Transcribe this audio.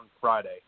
Friday